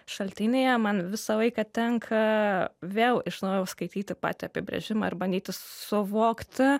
šaltinyje man visą laiką tenka vėl iš naujo skaityti patį apibrėžimą ir bandyti suvokti